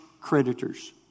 creditors